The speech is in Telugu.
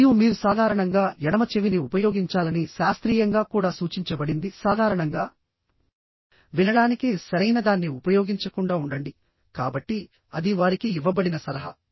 మరియు మీరు సాధారణంగా ఎడమ చెవిని ఉపయోగించాలని శాస్త్రీయంగా కూడా సూచించబడింది సాధారణంగా వినడానికి సరైనదాన్ని ఉపయోగించకుండా ఉండండి కాబట్టి అది వారికి ఇవ్వబడిన సలహా